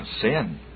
sin